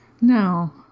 No